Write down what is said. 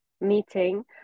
meeting